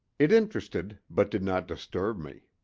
it interested but did not disturb me.